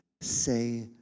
say